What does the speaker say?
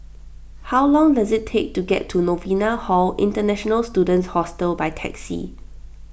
how long does it take to get to Novena Hall International Students Hostel by taxi